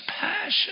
passion